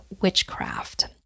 witchcraft